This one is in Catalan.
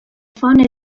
font